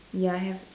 ya I have